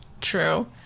True